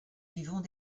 vivons